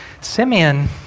Simeon